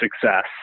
success